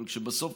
אבל בסוף,